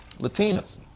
Latinas